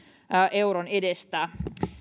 euron edestä